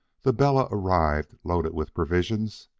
the bella arrived loaded with provisions,